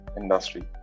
industry